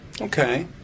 Okay